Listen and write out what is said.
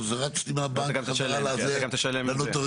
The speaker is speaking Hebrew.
רצתי מהבנק חזרה לנוטריון,